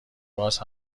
باز